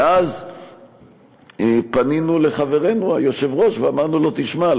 ואז פנינו לחברנו היושב-ראש ואמרנו לו: תשמע,